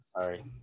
Sorry